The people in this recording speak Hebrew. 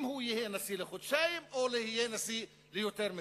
אם הוא יהיה נשיא לחודשיים או יהיה נשיא ליותר מזה.